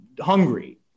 hungry